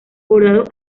bordados